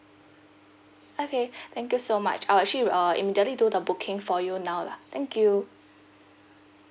okay thank you so much I would actually uh immediately do the booking for you now lah thank you